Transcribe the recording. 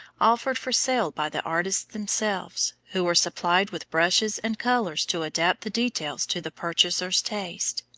offered for sale by the artists themselves, who were supplied with brushes and colors to adapt the details to the purchasers' taste.